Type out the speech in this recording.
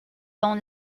dans